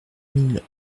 mille